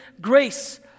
grace